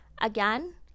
Again